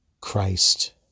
Christ